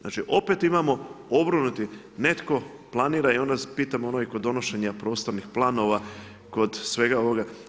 Znači opet imamo obrnuti, netko planira i onda se pitamo kod donošenja prostornih planova, kod svega ovoga.